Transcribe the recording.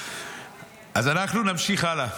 אז אנחנו נמשיך הלאה.